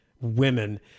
women